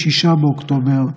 6 באוקטובר,